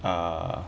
err